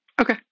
okay